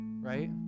right